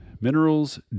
minerals